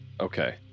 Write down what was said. okay